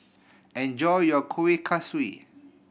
enjoy your Kuih Kaswi